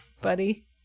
buddy